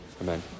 Amen